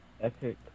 epic